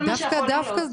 כל מה שיכולנו להוציא,